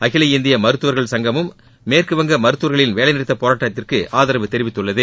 அகில இந்திய மருத்துவர்கள் சங்கமும் மேற்குவங்க மருத்துவர்களின் வேலை நிறுத்தப்போராட்டத்திற்கு ஆதரவு தெரிவித்துள்ளது